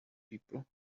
people